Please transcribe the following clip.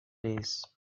lace